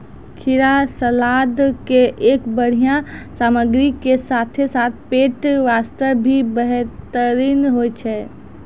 खीरा सलाद के एक बढ़िया सामग्री के साथॅ साथॅ पेट बास्तॅ भी बेहतरीन होय छै